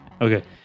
Okay